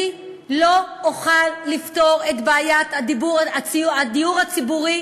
אני לא אוכל לפתור את בעיית הדיור הציבורי